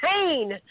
pain